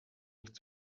nicht